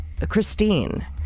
Christine